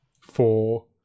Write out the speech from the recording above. four